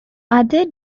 other